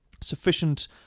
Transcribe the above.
sufficient